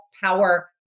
power